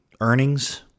earnings